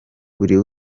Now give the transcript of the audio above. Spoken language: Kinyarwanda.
buri